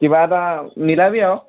কিবা এটা মিলাবি আৰু